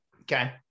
Okay